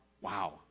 Wow